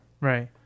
Right